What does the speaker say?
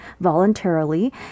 voluntarily